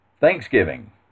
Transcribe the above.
Thanksgiving